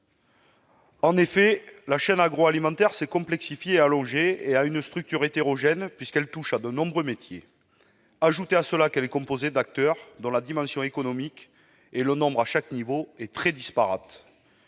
En effet, la chaîne agroalimentaire s'est complexifiée et allongée et a une structure hétérogène, puisqu'elle touche à de nombreux métiers. En outre, elle est composée d'acteurs dont la dimension économique et le nombre à chaque échelon sont très disparates.